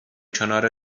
کنار